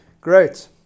Great